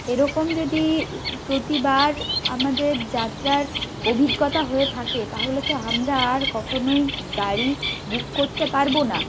এরকম যদি প্রতিবার আমাদের যাত্রার অভিজ্ঞতা হয়ে থাকে তাহলে তো আমরা আর কখনোই গাড়ি বুক করতে পারবো না